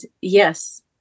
yes